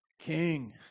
king